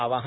आवाहन